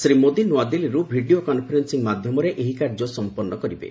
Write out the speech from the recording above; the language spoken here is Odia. ଶ୍ରୀ ମୋଦି ନ୍ତଆଦିଲ୍ଲୀରୁ ଭିଡ଼ିଓ କନ୍ଫରେନ୍ଦିଂ ମାଧ୍ୟମରେ ଏହି କାର୍ଯ୍ୟ ସମ୍ପନ୍ନ କରିବେ